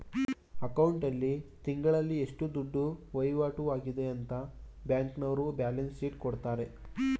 account ಆಲ್ಲಿ ತಿಂಗಳಲ್ಲಿ ಎಷ್ಟು ದುಡ್ಡು ವೈವಾಟು ಆಗದೆ ಅಂತ ಬ್ಯಾಂಕ್ನವರ್ರು ಬ್ಯಾಲನ್ಸ್ ಶೀಟ್ ಕೊಡ್ತಾರೆ